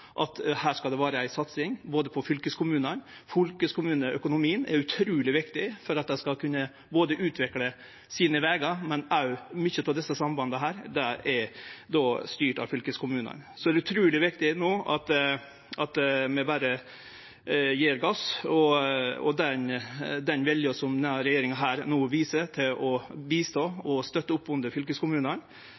at her skal det vere ei satsing på fylkeskommunane. Fylkeskommuneøkonomien er utruleg viktig for at dei skal kunne utvikle sine vegar, men òg sine ferjer, for mykje av desse sambanda er styrt av fylkeskommunane. Så det er utruleg viktig at vi no berre gjev gass. Den vilja som denne regjeringa no viser til å hjelpe og støtte opp om fylkeskommunane,